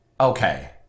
okay